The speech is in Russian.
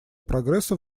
прогресса